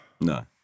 No